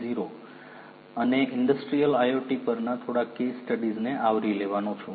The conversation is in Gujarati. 0 એન્ડ ઇન્ડસ્ટ્રીઅલ IoT પરના થોડાક કેસ સ્ટડીસ ને આવરી લેવાનો છું